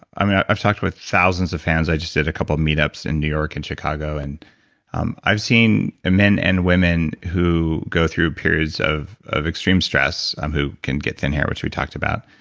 i've talked about thousands of fans. i just did a couple meetups in new york and chicago. and um i've seen ah men and women who go through periods of of extreme stress um who can get thin hair which we talked about.